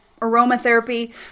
aromatherapy